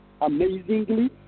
amazingly